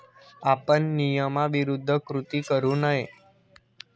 आपण नियमाविरुद्ध कृती करू नये